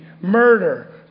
murder